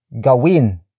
Gawin